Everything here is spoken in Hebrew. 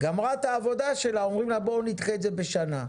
גמרה את העבודה שלה ואומרים לה: בואו נדחה את זה בשנה,